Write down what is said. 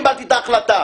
אני קיבלתי את ההחלטה.